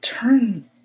turn